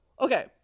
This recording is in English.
Okay